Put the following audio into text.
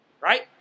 Right